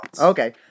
Okay